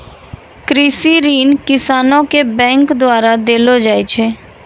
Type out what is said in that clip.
कृषि ऋण किसानो के बैंक द्वारा देलो जाय छै